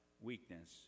weakness